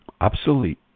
obsolete